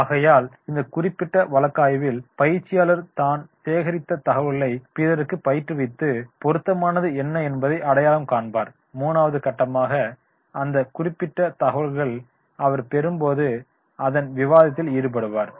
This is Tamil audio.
ஆகையால் இந்த குறிப்பிட்ட வழக்காய்வில் பயிற்சியாளர் தான் சேகரித்த தகவல்களைப் பிறருக்கு பயிற்றுவித்து பொருத்தமானது என்ன என்பதை அடையாளம் காண்பார் 3 வது கட்டமாக அந்த குறிப்பிட்ட தகவல்களைப் அவர் பெறும்போது அதன் விவாதத்தில் ஈடுபடுவார்